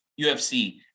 ufc